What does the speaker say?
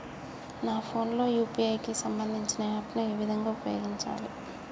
నా ఫోన్ లో యూ.పీ.ఐ కి సంబందించిన యాప్ ను ఏ విధంగా ఉపయోగించాలి?